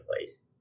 place